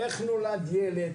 איך נולד ילד,